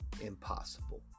impossible